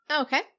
Okay